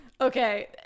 okay